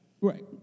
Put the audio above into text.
Right